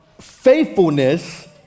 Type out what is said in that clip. Faithfulness